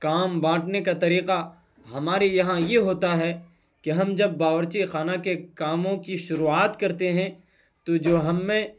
کام بانٹنے کا طریقہ ہمارے یہاں یہ ہوتا ہے کہ ہم جب باورچی خانہ کے کاموں کی شروعات کرتے ہیں تو جو ہم میں